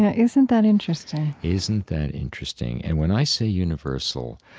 ah isn't that interesting? isn't that interesting? and when i say universal,